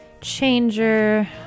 Changer